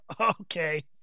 Okay